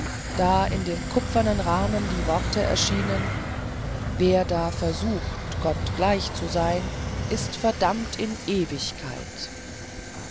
da in dem kupfernen rahmen die worte erschienen wer da versucht gott gleich zu sein ist verdammt in ewigkeit